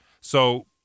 So-